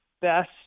best